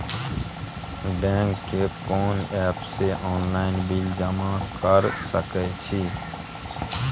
Bank के कोन app से ऑनलाइन बिल जमा कर सके छिए?